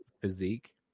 physique